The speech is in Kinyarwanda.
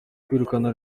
kwirukana